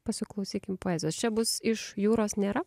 pasiklausykim poezijos čia bus iš jūros nėra